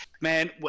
Man